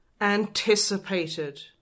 anticipated